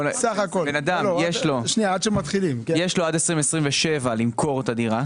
לבן אדם יש עד 2027 למכור את הדירה.